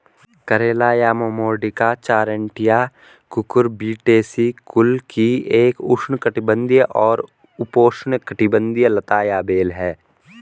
करेला या Momordica charantia Cucurbitaceae कुल की एक उष्णकटिबंधीय और उपोष्णकटिबंधीय लता या बेल है